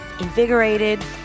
invigorated